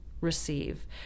receive